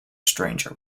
stranger